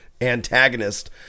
antagonist